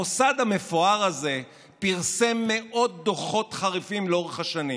המוסד המפואר הזה פרסם מאות דוחות חריפים לאורך השנים